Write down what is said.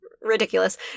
Ridiculous